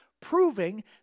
proving